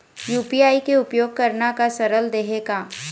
UPI के उपयोग करना का सरल देहें का?